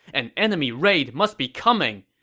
an enemy raid must be coming!